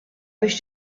biex